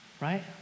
right